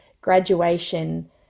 graduation